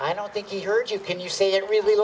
i don't think he heard you can you say that really